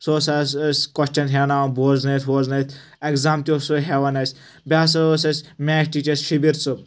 سُہ ہَسا اوس اسہِ کۄسچن ہاوناوان بوزنٲیِتھ ووزنٲیِتھ ایگزام تہِ اوس سُہ ہیٚوان اسہِ بیٚیہِ ہَسا اوس اسہِ میتھ ٹیٖچر شَبیٖر صٲب